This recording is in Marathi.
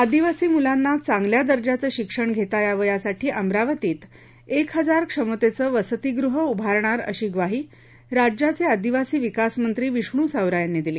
आदिवासी मुलांना चांगल्या दर्जाचे शिक्षण घेता यावे यासाठी अमरावतीत एक हजार क्षमतेचे वस्तीगृह उभारणार अशी ग्वाही राज्याचे आदिवासी विकास मंत्री विष्णु सावरा यांनी दिली